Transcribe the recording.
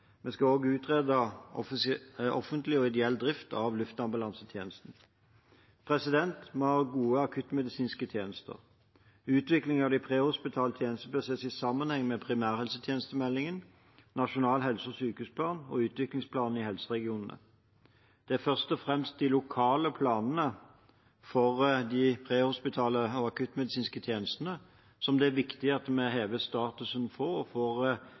Vi skal også utrede offentlig og ideell drift av luftambulansetjenesten. Vi har gode akuttmedisinske tjenester. Utviklingen av de prehospitale tjenestene bør ses i sammenheng med primærhelsetjenestemeldingen, Nasjonal helse- og sykehusplan og utviklingsplanene i helseregionene. Det er først og fremst de lokale planene for de prehospitale og akuttmedisinske tjenestene som det er viktig at vi hever statusen på og